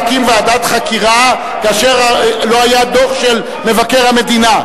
שרצית להקים ועדת חקירה כאשר לא היה דוח של מבקר המדינה,